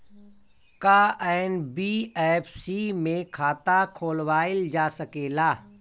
का एन.बी.एफ.सी में खाता खोलवाईल जा सकेला?